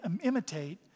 imitate